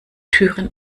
türen